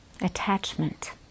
attachment